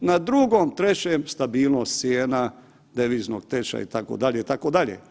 Na drugom, trećem, stabilnost cijena deviznog tečaja itd., itd.